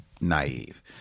naive